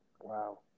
Wow